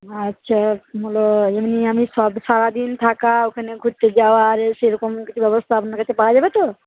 আচ্ছা হল এমনি আমি সব সারাদিন থাকা ওখানে ঘুরতে যাওয়ার সেরকম কিছু ব্যবস্থা আপনার কাছে পাওয়া যাবে তো